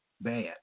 Bad